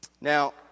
Now